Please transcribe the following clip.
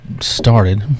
started